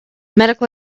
medical